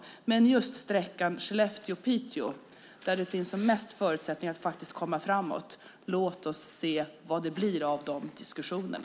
När det gäller just sträckan Skellefteå-Piteå, där det finns som mest förutsättningar att komma framåt - låt oss se vad det blir av de diskussionerna.